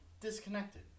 disconnected